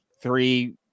three